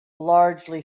largely